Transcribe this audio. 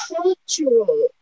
cultural